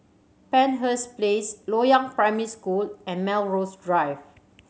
Penshurst Place Loyang Primary School and Melrose Drive